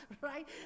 right